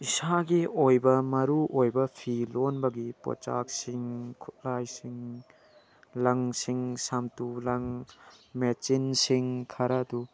ꯏꯁꯥꯒꯤ ꯑꯣꯏꯕ ꯃꯔꯨ ꯑꯣꯏꯕ ꯐꯤ ꯂꯣꯟꯕꯒꯤ ꯄꯣꯠꯆꯥꯛꯁꯤꯡ ꯈꯨꯠꯂꯥꯏꯁꯤꯡ ꯂꯪꯁꯤꯡ ꯁꯥꯃꯇꯨ ꯂꯪ ꯃꯦꯆꯤꯟꯁꯤꯡ ꯈꯔꯗꯨ